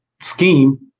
scheme